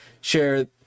share